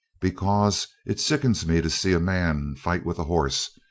because it sickens me to see a man fight with a horse,